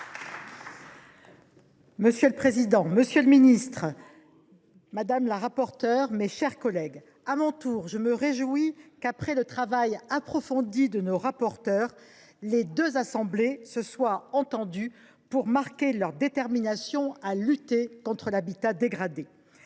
Monsieur le président, monsieur le ministre, mes chers collègues, je me réjouis qu’après le travail approfondi de nos rapporteurs, les deux assemblées se soient entendues pour marquer leur détermination à lutter contre l’habitat dégradé.